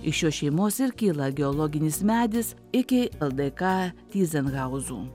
iš šios šeimos ir kyla geologinis medis iki ldk tyzenhauzų